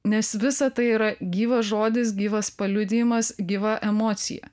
nes visa tai yra gyvas žodis gyvas paliudijimas gyva emocija